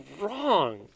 wrong